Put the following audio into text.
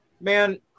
Man